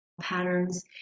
patterns